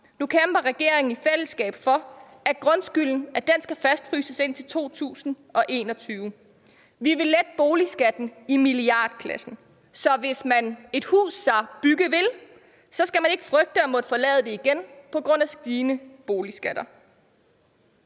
Nu kæmper regeringen i fællesskab for, at grundskylden skal fastfryses indtil 2021. Vi vil lette boligskatten i milliardklassen, så hvis man et hus sig bygge vil, så skal man ikke frygte at måtte forlade det igen på grund af stigende boligskatter.